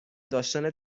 داشتن